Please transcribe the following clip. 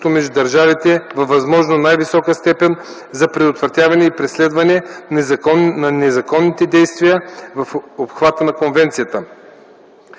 между държавите във възможно най-висока степен за предотвратяване и преследване на незаконните действия в обхвата на Конвенцията.